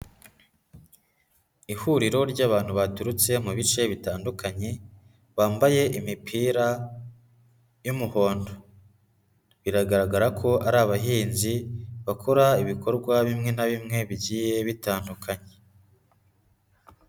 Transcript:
Ihuriro ry'abantu baturutse mu bice bitandukanye bambaye imipira y'umuhondo, biragaragara ko ari abahinzi bakora ibikorwa bimwe na bimwe bigiye bitandukanye.